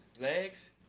Legs